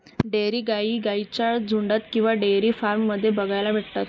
dairy गाई गाईंच्या झुन्डात किंवा डेयरी फार्म मध्ये बघायला भेटतात